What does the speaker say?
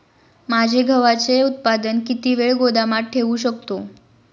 माझे गव्हाचे उत्पादन किती वेळ गोदामात ठेवू शकतो?